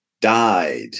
died